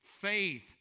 Faith